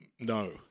No